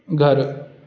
घरु